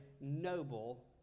noble